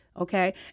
okay